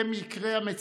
הם יקרי המציאות.